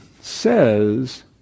says